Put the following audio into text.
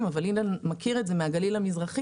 אבל אילן מכיר את זה מהגליל המזרחי.